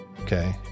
okay